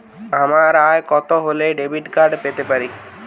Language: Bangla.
আমার আয় কত হলে ডেবিট কার্ড পেতে পারি?